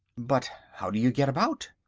but how do you get about?